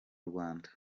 rwanda